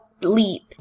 leap